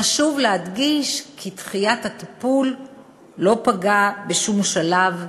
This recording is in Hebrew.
חשוב להדגיש כי דחיית הטיפול לא פגעה בשום שלב בבריאותה.